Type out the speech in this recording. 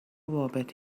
بابت